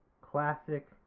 classic